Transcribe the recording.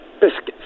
biscuits